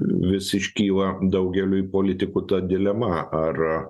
vis iškyla daugeliui politikų ta dilema ar